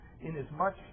inasmuch